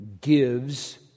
gives